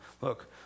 Look